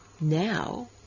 now